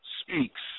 speaks